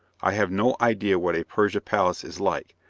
i have no idea what a persian palace is like,